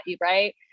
right